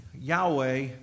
Yahweh